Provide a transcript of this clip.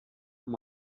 amb